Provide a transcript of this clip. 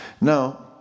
Now